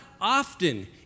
often